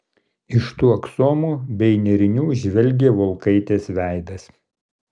iš tų aksomų bei nėrinių žvelgė volkaitės veidas